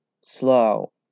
slow